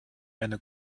eine